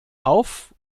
auf